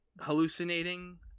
hallucinating